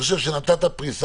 בסדר, אפשר להתווכח גם על